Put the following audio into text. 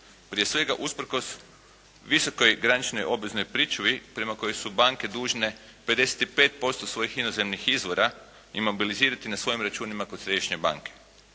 Prije svega usprkos visokoj graničnoj obveznoj pričuvi prema kojoj su banke dužne 55% svojih inozemnih izvora imobilizirati na svojim računima kod središnje banke.